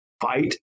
fight